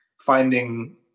finding